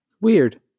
Weird